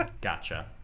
gotcha